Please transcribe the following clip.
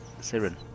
Siren